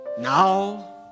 now